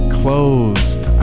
closed